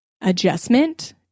adjustment